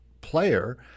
player